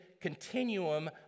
continuum